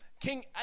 King